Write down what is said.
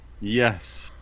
Yes